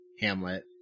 Hamlet